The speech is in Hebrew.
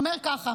הוא אומר ככה: